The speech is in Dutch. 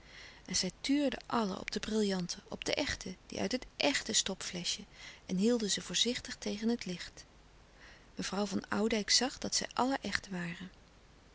en zij tuurden allen op de brillanten op de echte die uit het echte stopfleschje en hielden ze voorzichtig tegen het licht louis couperus de stille kracht mevrouw van oudijck zag dat zij allen echt waren